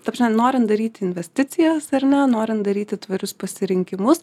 ta prasme norint daryti investicijas ar ne norint daryti tvarius pasirinkimus